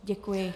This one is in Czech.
Děkuji.